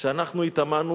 כשאנחנו התאמנו,